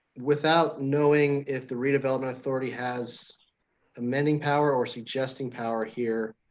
without knowing if the redevelopment authority has amending power or suggesting power here,